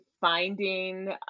finding